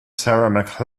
sarah